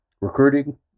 recruiting